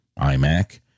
iMac